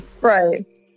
right